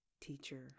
teacher